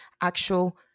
actual